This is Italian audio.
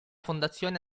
fondazione